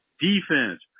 Defense